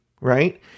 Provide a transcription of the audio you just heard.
Right